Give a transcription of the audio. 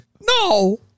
No